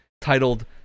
titled